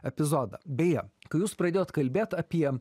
epizodą beje kai jūs pradėjot kalbėt apie